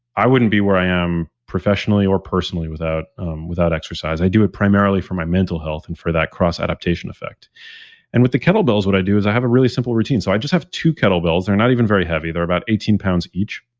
i wouldn't be where i am professionally or personally without um without exercise. i do it primarily for my mental health and for that cross-adaptation effect and with the kettlebells, what i do is i have a really simple routine. so i just have two kettlebells. they're not even very heavy. they're about eighteen pounds each.